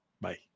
Bye